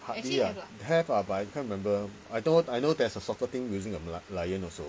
hardly ah have ah but I can't remember I know I know there's a soccer team using a merl~ lion also